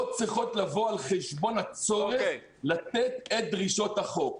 לא צריכות לבוא על חשבון הצורך לתת את דרישות החוק.